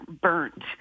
burnt